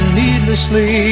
needlessly